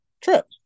trip